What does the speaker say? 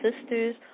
sisters